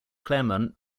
claremont